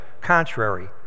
contrary